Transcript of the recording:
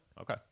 okay